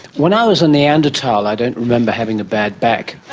when i was a neanderthal i don't remember having a bad back,